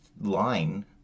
line